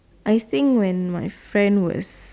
I think when my friend was